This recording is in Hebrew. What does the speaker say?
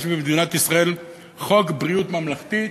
יש במדינת ישראל חוק ביטוח בריאות ממלכתי.